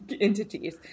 entities